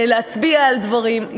להצביע על דברים,